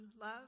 love